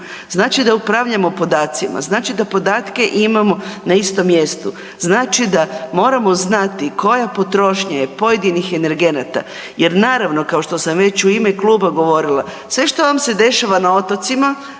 znači da upravljamo podacima, znači da podatke imamo na istom mjestu, znači da moramo znati koja potrošnja je pojedinih energenata jer naravno kao što sam već u ime kluba govorila, sve što vam se dešava na otocima